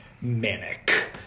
manic